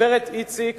הגברת איציק